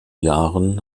jahren